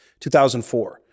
2004